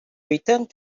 returned